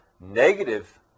negative